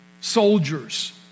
soldiers